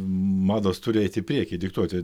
mados turi eiti į priekį diktuoti